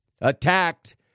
attacked